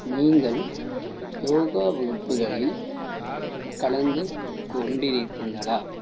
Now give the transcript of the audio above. நீங்கள் யோகா வகுப்புகளில் கலந்துக்கொண்டிருக்கிறீர்களா